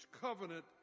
covenant